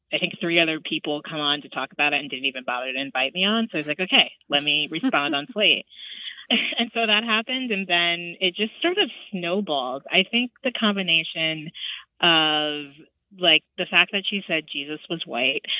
i think, three other people come on to talk about it and didn't even bother to invite me ah on. so i was like ok, let me respond on slate and so that happened, and then it just sort of snowballed. i think the combination of like, the fact that she said jesus was white